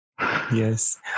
Yes